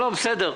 בסדר,